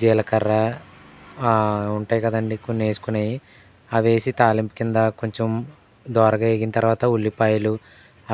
జీలకర్ర ఉంటాయి కదండీ కొన్ని ఏసుకునేయి అవి వేసి తాలింపు కింద కొంచెం దోరగా ఏగిన తర్వాత ఉల్లిపాయలు